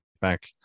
back